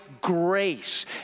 grace